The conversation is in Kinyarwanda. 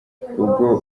ubwo